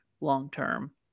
long-term